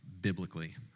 biblically